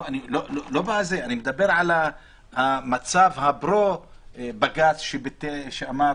אני מדבר על המצב פרו הבג"ץ, שאמר